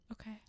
Okay